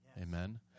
Amen